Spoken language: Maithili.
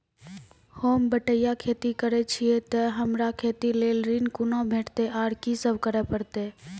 होम बटैया खेती करै छियै तऽ हमरा खेती लेल ऋण कुना भेंटते, आर कि सब करें परतै?